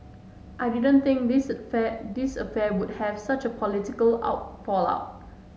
I didn't think this affair this affair would have such a political out fallout